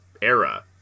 era